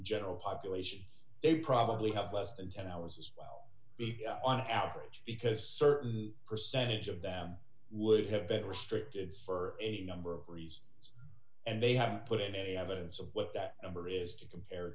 general population they probably have less than ten hours as well on average because certain percentage of them would have been restricted for a number of reasons and they haven't put in any evidence of what that number is to compare